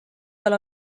tal